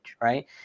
right